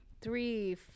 three